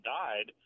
died